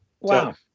wow